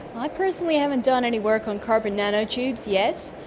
i personally haven't done any work on carbon nano-tubes yet,